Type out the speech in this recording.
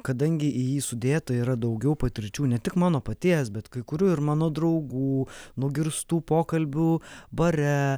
kadangi į jį sudėta yra daugiau patirčių ne tik mano paties bet kai kurių ir mano draugų nugirstų pokalbių bare